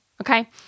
Okay